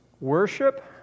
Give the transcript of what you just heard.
worship